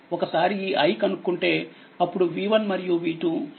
ఒకసారి ఈ i కనుక్కుంటే అప్పుడు v1 మరియు v2 సులభంగా లెక్కించవచ్చు